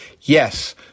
yes